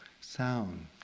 sound